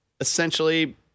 essentially